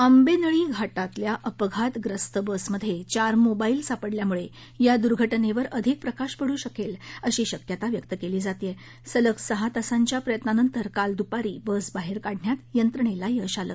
आंबेक्की घाटातल्या अपघातग्रस्त बसमध्ये चार मोबाईल सापडल्यामुळे या दुर्घटनक्के अधिक प्रकाश पडू शकलि अशी शक्यता व्यक्त क्ली जात आह अलग सहा तासाच्या प्रयत्नांनंतर काल दुपारी बस बाह्य काढण्यात यंत्रणेला यश आलं